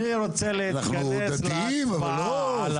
אני רוצה להתכנס להצבעה על